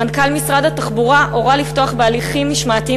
מנכ"ל משרד התחבורה הורה לפתוח בהליכים משמעתיים